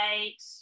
eight